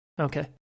Okay